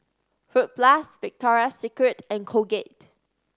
Fruit Plus Victoria Secret and Colgate